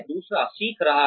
दूसरा सीख रहा है